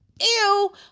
Ew